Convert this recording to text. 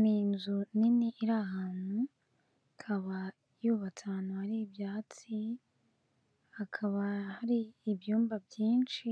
Ni inzu nini iri ahantu ikaba yubatse ahantu hari ibyatsi. Hakaba hari ibyumba byinshi